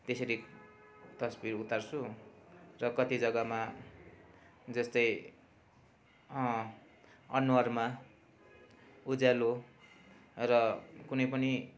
त्यसरी तस्बिर उतार्छु र कति जगामा जस्तै अनुहारमा उज्यालो र कुनै पनि